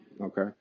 okay